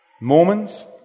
Mormons